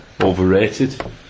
Overrated